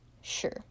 Sure